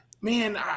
man